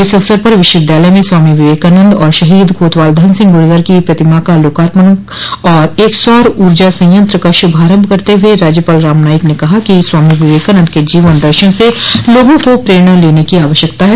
इस अवसर पर विश्वविद्यालय में स्वामी विवेकानन्द और शहीद कोतवाल धन सिंह गूर्जर की प्रतिमा का लोकार्पण और एक सौर ऊर्जा संयंत्र का श्रभारम्भ करते हुए राज्यपाल राम नाईक ने कहा कि स्वामी विवेकानन्द के जीवन दर्शन से लोगों को प्रेरणा लेने की आवश्यकता है